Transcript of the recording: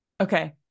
Okay